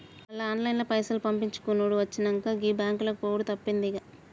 మళ్ల ఆన్లైన్ల పైసలు పంపిచ్చుకునుడు వచ్చినంక, గీ బాంకులకు పోవుడు తప్పిందిగదా